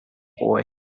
boy